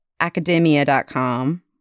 Academia.com